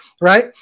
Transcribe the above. right